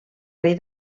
rei